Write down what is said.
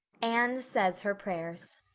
anne says her prayers